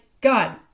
God